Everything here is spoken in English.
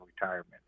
retirement